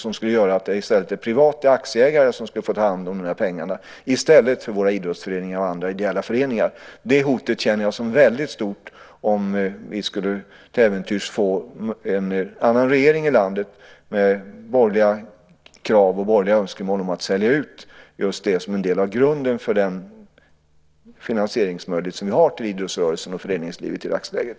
Det skulle göra att privata aktieägare skulle få ta hand om pengarna i stället för våra idrottsföreningar och andra ideella föreningar. Det hotet känner jag som väldigt stort om vi till äventyrs skulle få en annan regering i landet med borgerliga krav och borgerliga önskemål om att sälja ut just det som är en del av grunden för den möjlighet till finansiering som vi har av idrottsrörelsen och föreningslivet i dagsläget.